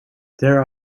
there